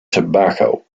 tobacco